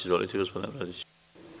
Izvolite, gospodine Bradiću.